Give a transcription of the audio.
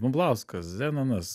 bumblauskas zenonas